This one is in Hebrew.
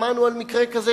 שמענו על מקרה כזה,